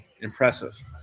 Impressive